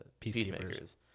peacekeepers